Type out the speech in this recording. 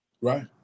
right